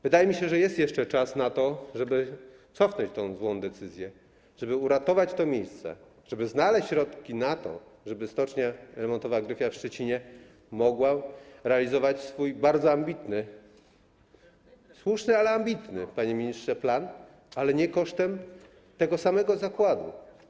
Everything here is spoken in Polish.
Wydaje mi się, że jest jeszcze czas na to, żeby cofnąć tę złą decyzję, żeby uratować to miejsce, żeby znaleźć środki na to, żeby stocznia remontowa Gryfia w Szczecinie mogła realizować swój bardzo ambitny - słuszny, ale ambitny, panie ministrze - plan, ale nie kosztem tego samego zakładu.